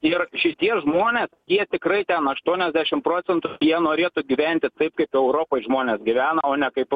ir šitie žmonės tie tikrai ten aštuoniasdešimt procentų jie norėtų gyventi taip kaip europoj žmonės gyvena o ne kaip